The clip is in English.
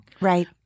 right